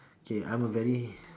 okay I'm a very